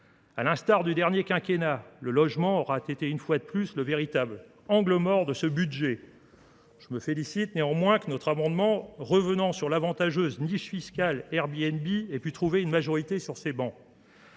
A l'instar du dernier quinquennat, le logement aura été, une fois de plus, le véritable angle mort de ce budget. Je me félicite néanmoins que notre amendement, revenant sur l'avantageuse niche fiscale Airbnb, ait pu trouver une majorité sur ces bancs.